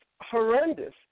horrendous